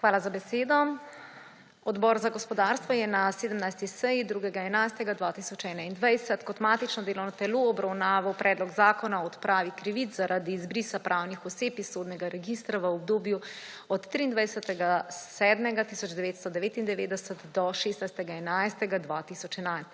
Hvala za besedo. Odbor za gospodarstvo je na 17. seji 2. 11. 2021 kot matično delovno telo obravnaval Predlog zakona o odpravi krivic zaradi izbrisa pravnih oseb iz sodnega registra v obdobju od 23. 7. 1999 do 16. 11. 2011.